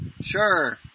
Sure